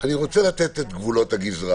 אני רוצה לתת את גבולות הגזרה